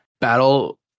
battle